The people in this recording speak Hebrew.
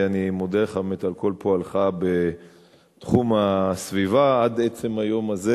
ואני מודה לך באמת על כל פועלך בתחום הסביבה עד עצם היום הזה,